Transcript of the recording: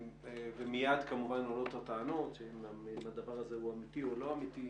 ומייד כמובן עולות הטענות אם הדבר הזה אמתי או לא אמתי